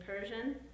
Persian